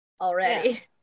Already